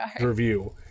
review